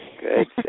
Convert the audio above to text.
Good